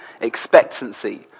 expectancy